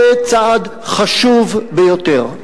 זה צעד חשוב ביותר.